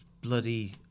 bloody